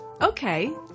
Okay